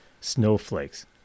snowflakes